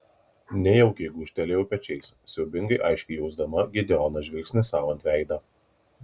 nejaukiai gūžtelėjau pečiais siaubingai aiškiai jausdama gideono žvilgsnį sau ant veido